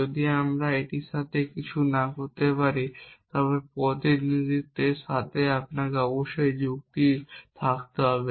যদি আমরা এটির সাথে কিছু করতে না পারি তবে প্রতিনিধিত্বের সাথে আপনার অবশ্যই যুক্তি থাকতে হবে